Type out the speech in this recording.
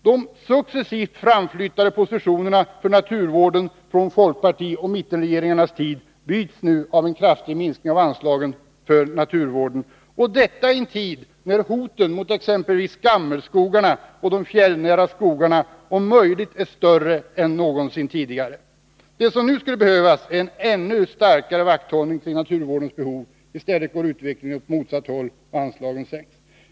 De successivt framflyttade positionerna för naturvården från folkpartiregeringens och mittenregeringarnas tid bryts nu av en kraftig minskning av anslagen för naturvården, detta i en tid när hoten mot exempelvis gammelskogarna och de fjällnära skogarna om möjligt är större än någonsin tidigare. Det som nu skulle behövas är en ännu starkare vakthållning kring naturvårdens behov. I stället går utvecklingen åt motsatt håll och anslagen sänks.